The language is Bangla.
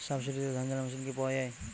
সাবসিডিতে ধানঝাড়া মেশিন কি পাওয়া য়ায়?